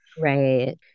Right